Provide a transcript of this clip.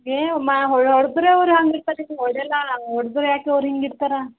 ಏ ಮಾ ಹೊಡೆದ್ರೆ ಅವ್ರು ಹಂಗೆ ಹೊಡೆಯಲ್ಲ ಹೊಡೆದ್ರೆ ಯಾಕೆ ಅವ್ರು ಹಿಂಗೆ ಇರ್ತಾರೆ